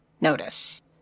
notice